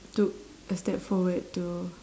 took a step forward to